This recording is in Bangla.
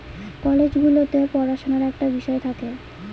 কলেজ গুলোতে পড়াশুনার একটা বিষয় থাকে